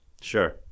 Sure